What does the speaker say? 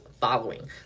following